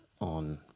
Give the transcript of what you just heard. on